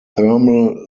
thermal